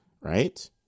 right